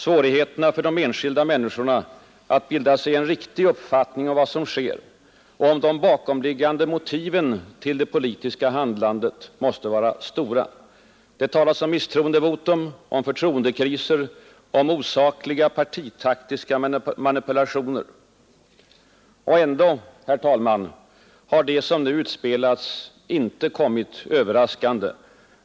Svårigheterna för de enskilda människorna att bilda sig en riktig uppfattning om vad som sker och om de bakomliggande motiven till det politiska handlandet måste vara stora. Det talas om misstroendevotum, om förtroendekriser, om osakliga partitaktiska manipulationer. Och ändå, herr talman, har det som nu utspelas inte kommit överraskande.